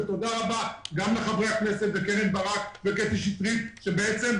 תודה לחברי הכנסת שפגשו